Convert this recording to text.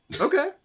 Okay